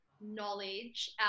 knowledge